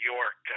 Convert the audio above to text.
York